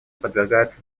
подвергается